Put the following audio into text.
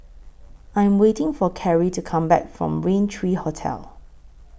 I Am waiting For Carri to Come Back from Raintr three Hotel